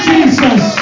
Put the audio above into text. Jesus